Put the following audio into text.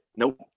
Nope